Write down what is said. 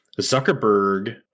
Zuckerberg